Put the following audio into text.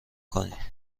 کنی